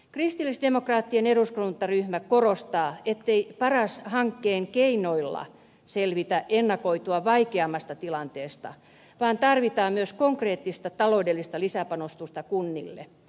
kristillisdemokraattinen eduskuntaryhmä korostaa ettei paras hankkeen keinoilla selvitä ennakoitua vaikeammasta tilanteesta vaan tarvitaan myös konkreettista taloudellista lisäpanostusta kunnille